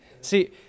See